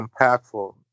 impactful